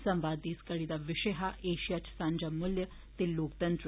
संवाद दे इस कड़ी दा विषय हा ऐशिया च सांझा मुल्य ते लोकतंत्र